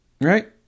right